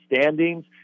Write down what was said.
standings